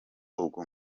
uwo